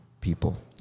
people